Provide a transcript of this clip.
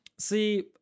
See